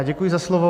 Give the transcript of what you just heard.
Děkuji za slovo.